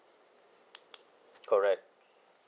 correct